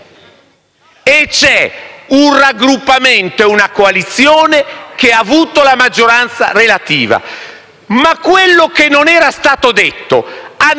e c'è un raggruppamento - una coalizione - che ha avuto la maggioranza relativa. Tuttavia, quello che non era stato detto